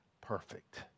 perfect